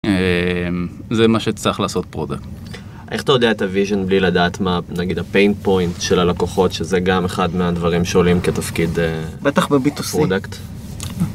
זה מה שצריך לעשות פרודקט. איך אתה יודע את הוויז'ן בלי לדעת מה נגיד הפיין פוינט של הלקוחות שזה גם אחד מהדברים שעולים כתפקיד פרודקט? בטח בb2c.